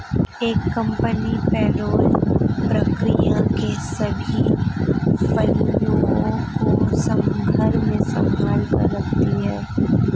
एक company payroll प्रक्रिया के सभी पहलुओं को घर में संभाल सकती है